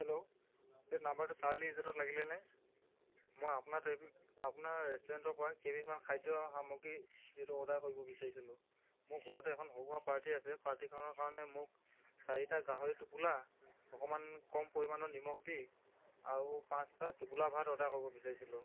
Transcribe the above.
hello এইটো নাম্বাৰটো Charlie ৰিজৰ্টত লাগিলেনে মই আপোনাৰ ট্ৰেফিক আপোনাৰ ৰেষ্টুৰেণ্টৰ পৰা কেইবিধমান খাদ্যসামগ্ৰী যিহেতু অৰ্ডাৰ কৰিব বিচাৰিছিলোঁ মোৰ ঘৰতে এখন সৰু সুৰা পাৰ্টি আছে পাৰ্টিখনৰ কাৰণে মোক চাৰিটা গাহৰিৰ টোপোলা অকণমান কম পৰিমাণৰ নিমখ দি আৰু পাঁচটা টোপোলা ভাত অৰ্ডাৰ কৰিব বিচাৰিছিলোঁ